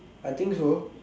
I think so